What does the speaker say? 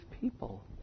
people